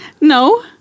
No